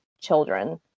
children